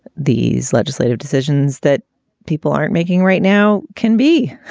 these legislative decisions that people aren't making right now can be.